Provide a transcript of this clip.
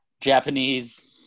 Japanese